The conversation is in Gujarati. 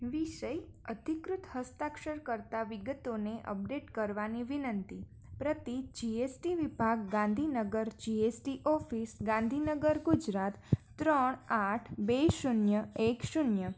વિષય અધિકૃત હસ્તાક્ષર કરતાં વિગતોને અપડેટ કરવાની વિનંતી પ્રતિ જીએસટી વિભાગ ગાંધીનગર જીએસટી ઓફિસ ગાંધીનગર ગુજરાત ત્રણ આઠ બે શૂન્ય એક શૂન્ય